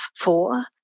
four